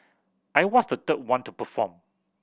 I was the third one to perform